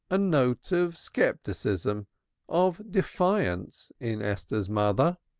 a note of scepticism, of defiance, in esther's mother,